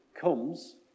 comes